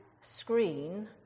screen